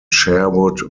sherwood